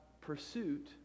pursuit